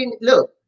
look